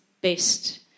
best